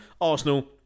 Arsenal